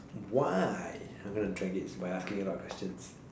why I'm going to drag it by asking you a lot of questions